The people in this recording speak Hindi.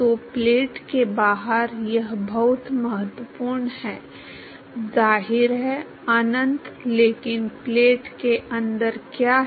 तो प्लेट के बाहर यह बहुत महत्वपूर्ण है जाहिर है अनंत लेकिन प्लेट के अंदर क्या है